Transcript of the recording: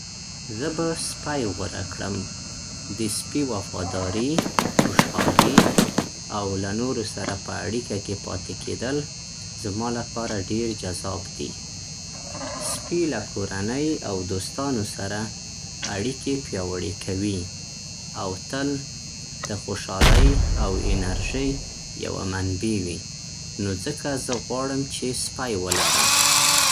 زه به سپی غوره کړم. د سپي وفاداري، خوشحالي او له نورو سره په اړیکه کې پاتې کېدل زما لپاره ډیر جذاب دي. سپي له کورنۍ او دوستانو سره اړیکې پیاوړې کوي او تل د خوشحالۍ او انرژی یوه منبع وي. نو ځکه زه غواړم چې سپی ولرم.